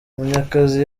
munyakazi